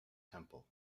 temple